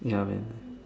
ya man